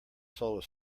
solar